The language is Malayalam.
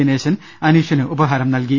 ദിനേശൻ അനീഷിന് ഉപഹാരം നൽകി